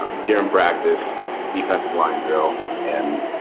didn't practice defensive line drill and